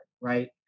right